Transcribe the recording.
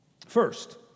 First